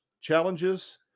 challenges